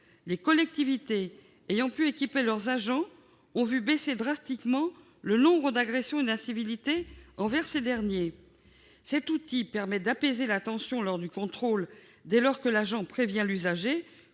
Les collectivités ayant pu équiper leurs agents ont vu baisser drastiquement le nombre d'agressions et incivilités envers ces derniers. Cet outil permet d'apaiser les tensions lors du contrôle dès lors que l'agent prévient l'usager,